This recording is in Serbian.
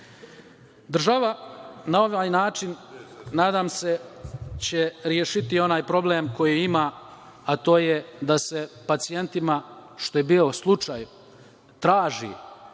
na ovaj način nadam se će rešiti onaj problem koji ima, a to je da se pacijentima, što je bio slučaj, traži